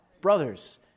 brothers